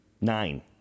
Nine